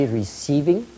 receiving